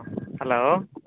hello